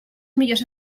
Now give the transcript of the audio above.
millors